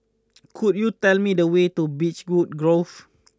could you tell me the way to Beechwood Grove